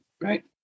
right